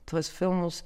tuos filmus